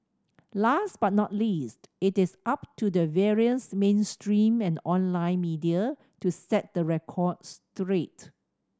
last but not least it is up to the various mainstream and online media to set the record straight